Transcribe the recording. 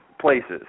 places